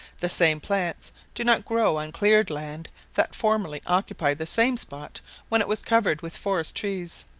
the same plants do not grow on cleared land that formerly occupied the same spot when it was covered with forest-trees.